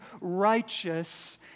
righteous